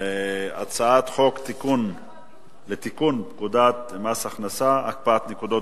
הצעת חוק לתיקון פקודת מס הכנסה (הקפאת נקודות